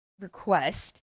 request